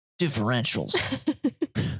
Differentials